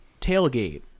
tailgate